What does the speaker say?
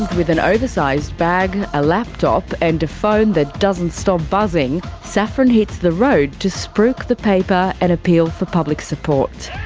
with an oversized bag, a laptop, and a phone that doesn't stop buzzing, saffron hits the road to spruik the paper and appeal for public support.